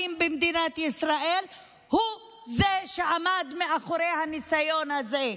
במדינת ישראל הוא שעמד מאחורי הניסיון הזה.